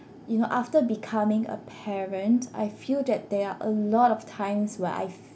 you know after becoming a parent I feel that there are a lot of times where I've